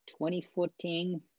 2014